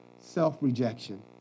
self-rejection